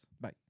bye